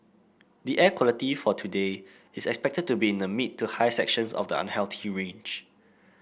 the air quality for today is expected to be in the mid to high sections of the unhealthy range